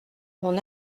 mon